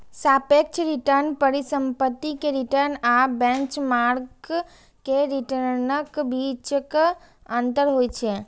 सापेक्ष रिटर्न परिसंपत्ति के रिटर्न आ बेंचमार्क के रिटर्नक बीचक अंतर होइ छै